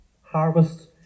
harvest